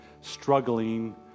struggling